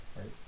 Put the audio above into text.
right